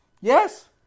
Yes